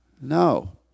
no